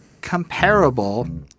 comparable